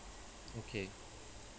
okay